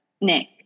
Nick